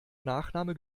nachname